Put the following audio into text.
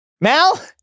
Mal